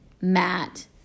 Matt